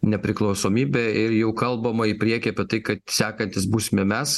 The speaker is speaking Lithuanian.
nepriklausomybė ir jau kalbama į priekį apie tai kad sekantys būsime mes